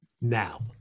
now